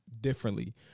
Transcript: differently